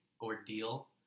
ordeal